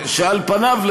שעל פניו,